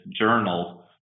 journal